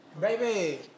Baby